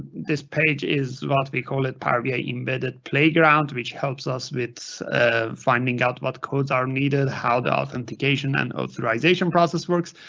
this page is what we call it power bi embedded playground which helps us with ah finding out what codes are needed, how the authentication and authorization process works,